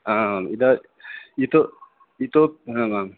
आम् इद इतो इतो आम् आम्